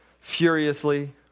furiously